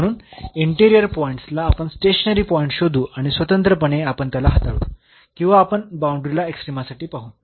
म्हणून interior points ला आपण स्टेशनरी पॉईंट शोधू आणि स्वतंत्रपणे आपण त्याला हाताळू किंवा आपण बाऊंडरीला एक्स्ट्रीमासाठी पाहू